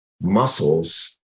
muscles